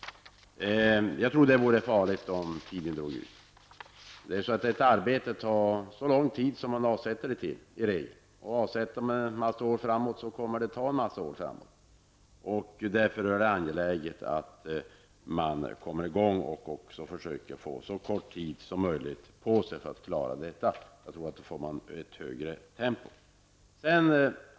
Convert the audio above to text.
Jag tror att det vore farligt om det arbetet drog ut på tiden. Men ett arbete tar i regel den tid som har avsatts för det. Om man avsätter många år för ett visst arbete, kommer detta arbete också att ta flera år. Därför är det angeläget att komma i gång och att försöka gå in för att ta så kort tid som möjligt på sig. Om man gör det, tror jag att det blir ett högre tempo.